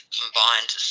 combined